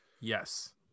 Yes